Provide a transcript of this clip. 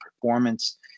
performance